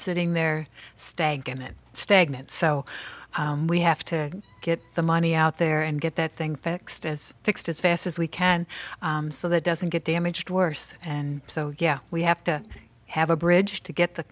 sitting there stagnant stagnant so we have to get the money out there and get that thing fixed as fixed as fast as we can so that doesn't get damaged worse and so yeah we have to have a bridge to get the